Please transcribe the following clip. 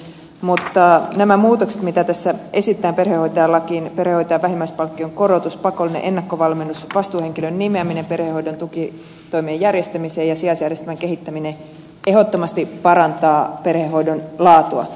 mutta nämä muutokset mitä tässä esitetään perhehoitajalakiin perhehoitajan vähimmäispalkkion korotus pakollinen ennakkovalmennus vastuuhenkilön nimeäminen perhehoidon tukitoimien järjestämiseen ja sijaisjärjestelmän kehittäminen ehdottomasti parantavat perhehoidon laatua